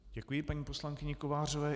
Děkuji paní poslankyni Kovářové.